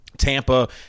Tampa